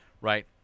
right